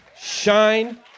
shine